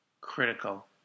critical